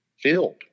filled